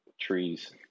trees